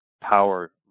power